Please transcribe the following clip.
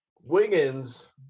Wiggins